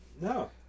no